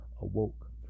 awoke